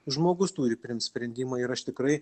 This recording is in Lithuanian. žmogus turi priimt sprendimą ir aš tikrai